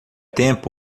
tempo